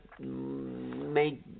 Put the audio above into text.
make